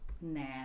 Nah